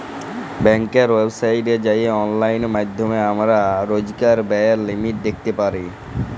ব্যাংকের ওয়েবসাইটে যাঁয়ে অললাইল মাইধ্যমে আমরা রইজকার ব্যায়ের লিমিট দ্যাইখতে পারি